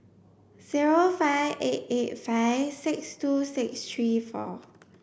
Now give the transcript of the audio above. zero five eight eight five six two six three four